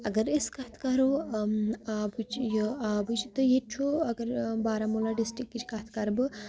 اگر أسۍ کَتھ کَرو آبٕچ یہِ آبٕچ تہٕ ییٚتہِ چھُ اگر بارہمولہ ڈِسٹِکٕچ کَتھ کَرٕ بہٕ